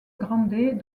grande